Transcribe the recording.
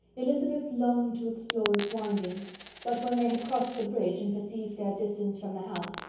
elizabeth longed to explore its windings but when they had crossed the bridge, and perceived their distance from the house,